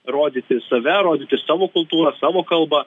rodyti save rodyti savo kultūrą savo kalbą